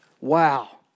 Wow